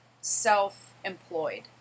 self-employed